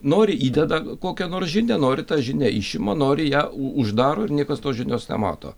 nori įdeda kokią nors žinią nori tą žinią išima nori ją u uždaro ir niekas tos žinios nemato